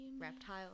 reptile